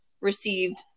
received